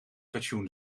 pensioen